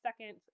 second